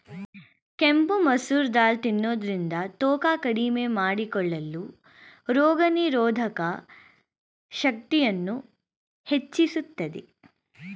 ಕೆಂಪು ಮಸೂರ್ ದಾಲ್ ತಿನ್ನೋದ್ರಿಂದ ತೂಕ ಕಡಿಮೆ ಮಾಡಿಕೊಳ್ಳಲು, ರೋಗನಿರೋಧಕ ಶಕ್ತಿಯನ್ನು ಹೆಚ್ಚಿಸುತ್ತದೆ